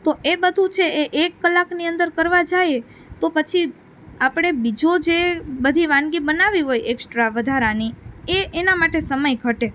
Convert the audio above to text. તો એ બધું છે એ એક કલાકની અંદર કરવાં જાઈએ તો પછી આપણે બીજો જે બધી વાનગી બનાવવી હોય એકસ્ટ્રા વધારાની એ એનાં માટે સમય ઘટે